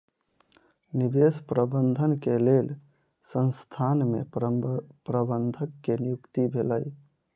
निवेश प्रबंधन के लेल संसथान में प्रबंधक के नियुक्ति भेलै